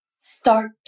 start